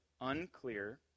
unclear